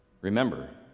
remember